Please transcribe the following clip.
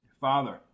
Father